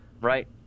Right